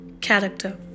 character